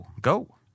go